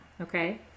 okay